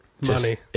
Money